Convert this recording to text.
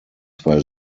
zwei